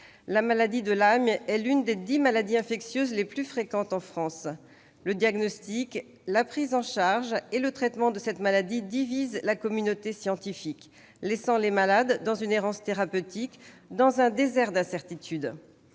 La maladie de Lyme est l'une des dix maladies infectieuses les plus fréquentes en France. Le diagnostic, la prise en charge et le traitement de cette maladie divisent la communauté scientifique, laissant les malades dans une errance thérapeutique et dans un désert d'incertitude.